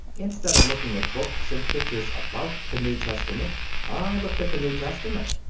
instead of looking at books and pictures about the new testament i looked at the new testament.